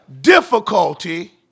difficulty